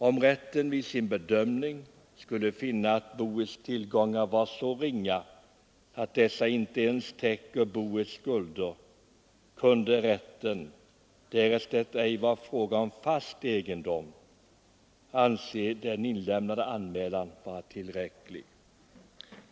Om rätten vid sin bedömning skulle finna att boets tillgångar var så ringa att dessa inte ens täcker boets skulder, kunde rätten, därest det ej var fråga om fast egendom, anse den inlämnade anmälan vara tillräcklig.